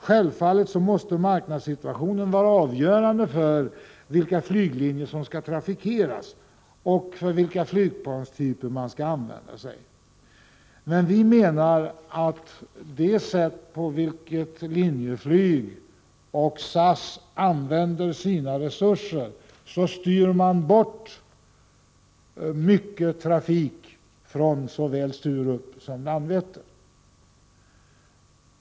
Självfallet måste marknadssituationen vara avgörande för vilka flyglinjer som skall trafikeras och för vilka flygplanstyper som man skall använda, men vi menar att Linjeflyg och SAS genom det sätt på vilket dessa företag använder sina resurser styr bort mycken trafik från såväl Sturup som Landvetter.